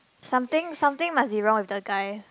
something something must be wrong with the guy